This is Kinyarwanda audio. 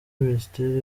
minisiteri